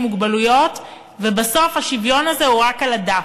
מוגבלויות" ובסוף השוויון הזה הוא רק על הדף.